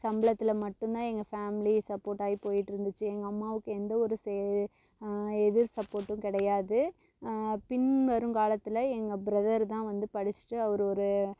சம்பளத்தில் மட்டும்தான் எங்கள் ஃபேமிலி சப்போர்ட்டாகி போயிகிட்டு இருந்துச்சு எங்கள் அம்மாவுக்கு எந்தவொரு சே எதுவும் சப்போர்ட்டும் கிடையாது பின் வருங்காலத்தில் எங்கள் பிரதர் தான் வந்து படிச்சிவிட்டு அவர் ஒரு